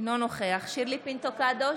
אינו נוכח שירלי פינטו קדוש,